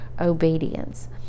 obedience